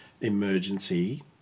emergency